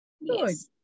Yes